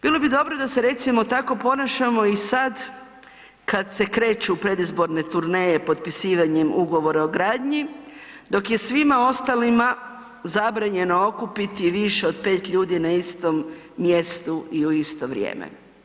Bilo bi dobro da se recimo tako ponašamo i sad kad se kreću u predizborne turneje potpisivanjem Ugovora o gradnji, dok je svima ostalima zabranjeno okupiti više od 5 ljudi na istom mjestu i u isto vrijeme.